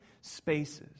spaces